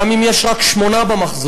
גם אם יש רק שמונה במחזור,